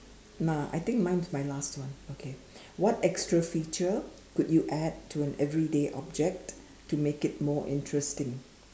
nah I think mine is my last one okay what extra feature could you add to an everyday object to make it more interesting